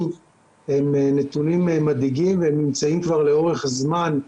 הם נתונים מדאיגים והם נמצאים כבר לאורך זמן,